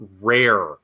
rare